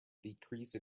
decrease